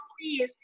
please